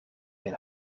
een